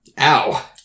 Ow